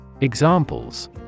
Examples